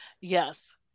Yes